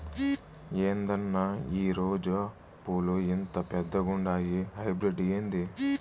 ఏందన్నా ఈ రోజా పూలు ఇంత పెద్దగుండాయి హైబ్రిడ్ ఏంది